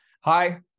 Hi